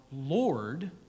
Lord